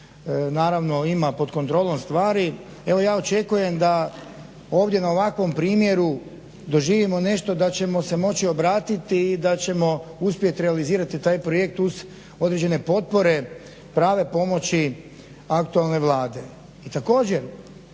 naravno ima pod kontrolom stvari. Evo ja očekujem da ovdje na ovakvom primjeru doživimo nešto da ćemo se moći obratiti i da ćemo uspjeti realizirati taj projekt uz određene potpore prave pomoći aktualne Vlade.